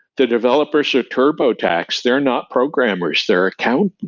the developers of turbotax, they're not programmers, they're accountants.